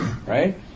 Right